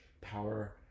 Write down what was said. power